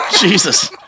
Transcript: Jesus